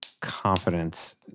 confidence